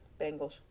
Bengals